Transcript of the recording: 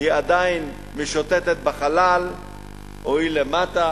היא עדיין משוטטת בחלל או שהיא למטה